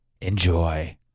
Enjoy